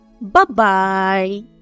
Bye-bye